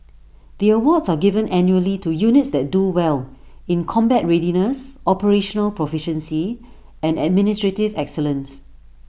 the awards are given annually to units that do well in combat readiness operational proficiency and administrative excellence